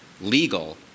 legal